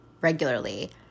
regularly